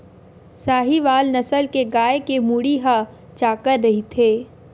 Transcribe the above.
साहीवाल नसल के गाय के मुड़ी ह चाकर रहिथे